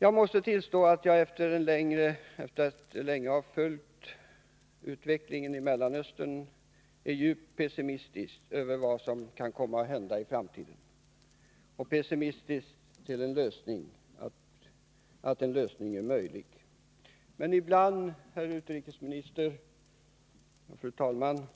Jag måste tillstå att jag efter att länge ha följt utvecklingen i Mellanöstern är djupt pessimistisk i fråga om vad som kan hända i framtiden och till att en lösning är möjlig. Men ibland, herr utrikesminister och fru talman,